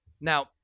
Now